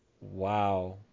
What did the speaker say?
Wow